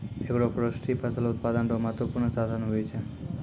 agroforestry फसल उत्पादन रो महत्वपूर्ण साधन हुवै छै